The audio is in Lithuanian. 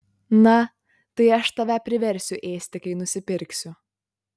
na tai aš tave priversiu ėsti kai nusipirksiu